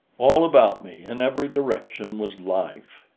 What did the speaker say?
all about me, in every direction, was life.